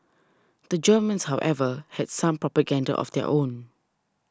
the Germans however had some propaganda of their own